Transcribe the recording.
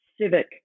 civic